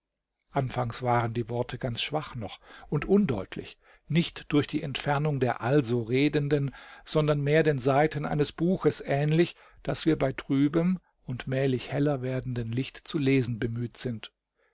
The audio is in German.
anfangs waren die worte ganz schwach noch und undeutlich nicht durch die entfernung der also redenden sondern mehr den seiten eines buches ähnlich das wir bei trübem und mählich heller werdenden licht zu lesen bemüht sind